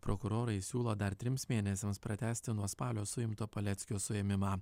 prokurorai siūlo dar trims mėnesiams pratęsti nuo spalio suimto paleckio suėmimą